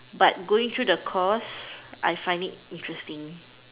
but going through the course I find it interesting